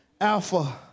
alpha